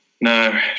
no